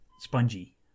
spongy